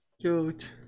Cute